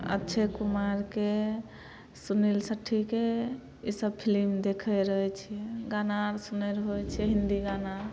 अक्षे कुमारके सुनील सेट्ठीके इसब फिल्म देखै रहै छियै गाना आर सुनै रहै छियै हिन्दी गाना